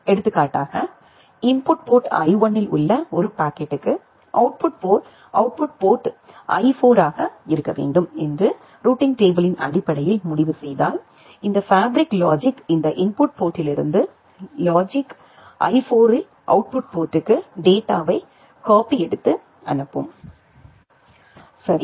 எடுத்துக்காட்டாக input port I1 இல் உள்ள ஒரு பாக்கெட்டுக்கு அவுட்புட் போர்ட் I4 ஆக இருக்க வேண்டும் என்று ரூட்டிங் டேபிளின் அடிப்படையில் முடிவு செய்தால் இந்த ஃபேப்ரிக் லாஜிக் இந்த இன்புட் போர்ட்டிலிருந்து லாஜிக் I4 இல் அவுட்புட் போர்ட்டிற்கு டேட்டாவை காப்பி எடுத்து அனுப்பும் சரி